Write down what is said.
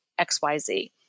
XYZ